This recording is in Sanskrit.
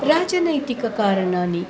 राजनैतिककारणानि